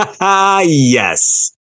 Yes